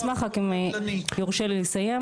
אני אשמח רק אם יורשה לי לסיים.